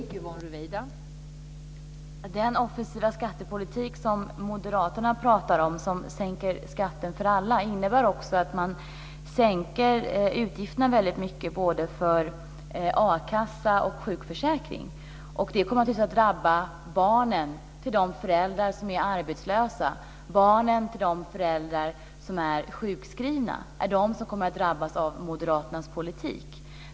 Fru talman! Den offensiva skattepolitik som moderaterna pratar om som sänker skatten för alla, innebär också att sänka utgifterna för både a-kassa och sjukförsäkring. Det kommer naturligtvis att drabba barnen till de föräldrar som är arbetslösa och barnen till de föräldrar som är sjukskrivna. Det är de som kommer att drabbas av moderaternas politik.